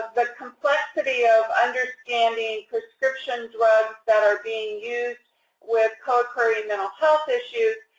the complexity of understanding prescription drugs that are being used with co-occurring mental health issues.